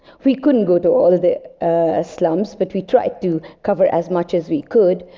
we couldn't go to all the slums, but we tried to cover as much as we could.